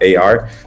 AR